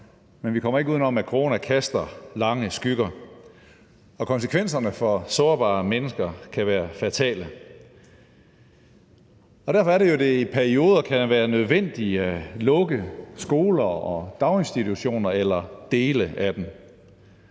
men vi kommer ikke udenom, at corona kaster lange skygger. Og konsekvenserne for sårbare mennesker kan være fatale. Derfor er det jo, at det i perioder kan være nødvendigt at lukke skoler og daginstitutioner eller dele af dem.